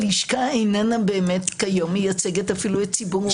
הלשכה איננה באמת כיום מייצגת אפילו את ציבור עורכי הדין.